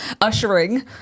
ushering